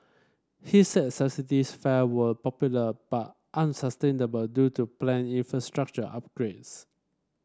he said subsidised fare were popular but unsustainable due to planned infrastructural upgrades